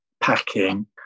packing